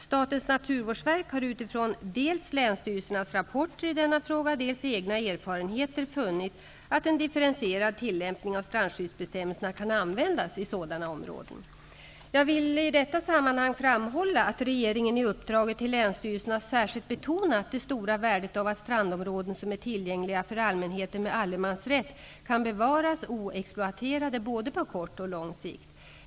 Statens naturvårdsverk har utifrån dels länsstyrelsernas rapporter i denna fråga, dels egna erfarenheter funnit att en differentierad tillämpning av strandskyddsbestämmelserna kan användas i sådana områden. Jag vill i detta sammanhang framhålla att regeringen i uppdraget till länsstyrelserna särskilt betonat det stora värdet av att strandområden som är tillgängliga för allmänheten med allemansrätt kan bevaras oexploaterade på både kort och lång sikt.